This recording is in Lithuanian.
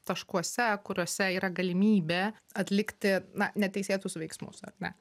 taškuose kuriuose yra galimybė atlikti na neteisėtus veiksmus ar ne